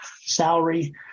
salary